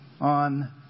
on